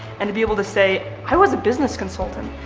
and to be able to say, i was a business consultant.